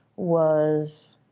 was.